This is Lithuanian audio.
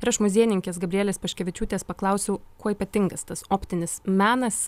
ir aš muziejininkės gabrielės paškevičiūtės paklausiau kuo ypatingas tas optinis menas